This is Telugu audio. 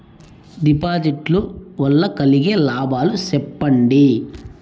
డిపాజిట్లు లు వల్ల కలిగే లాభాలు సెప్పండి?